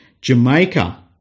Jamaica